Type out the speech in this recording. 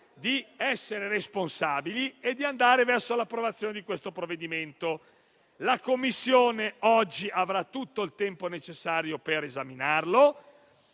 di essere responsabili e andare verso l'approvazione del provvedimento. La Commissione oggi avrà tutto il tempo necessario per esaminarlo